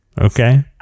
Okay